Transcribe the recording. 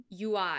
UI